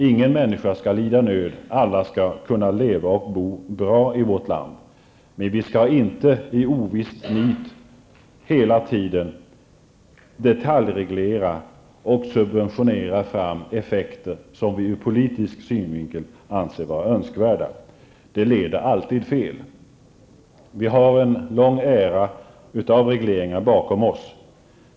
Ingen människa skall lida nöd, utan alla skall kunna leva och bo bra i vårt land, men vi skall inte i ovist nit hela tiden detaljreglera och subventionera fram effekter som vi ur politisk synvinkel anser vara önskvärda. Det leder alltid fel. Vi har en lång era av regleringar bakom oss.